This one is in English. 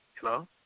Hello